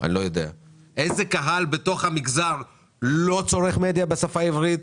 אני לא יודע; איזה קהל בתוך המגזר לא צורך מדיה בשפה העברית?